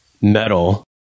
metal